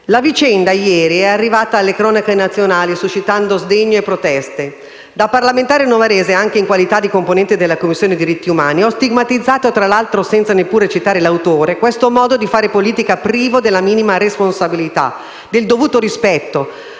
La vicenda ieri è arrivata alle cronache nazionali, suscitando sdegno e proteste. Da parlamentare novarese, anche in qualità di componente della Commissione diritti umani, ho stigmatizzato, tra l'altro senza neppure citare l'autore, questo modo di fare politica privo della minima responsabilità, del dovuto rispetto,